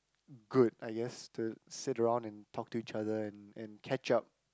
good I guess to sit around and talk to each other and and catch up